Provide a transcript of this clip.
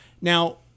Now